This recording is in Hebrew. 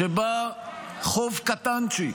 שבה חוב קטנצ'יק,